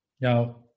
Now